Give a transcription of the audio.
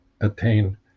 attain